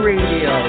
Radio